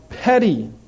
petty